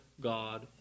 God